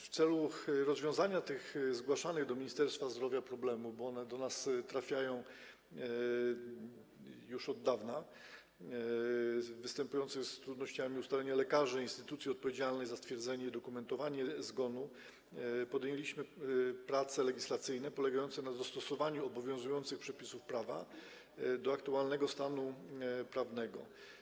W celu rozwiązania tych zgłaszanych do Ministerstwa Zdrowia problemów, bo one do nas są zgłaszane już od dawna, związanych z trudnościami w ustaleniu lekarzy, instytucji odpowiedzialnych za stwierdzenie i udokumentowanie zgonu, podjęliśmy prace legislacyjne polegające na dostosowaniu obowiązujących przepisów prawa do aktualnego stanu prawnego.